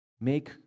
Make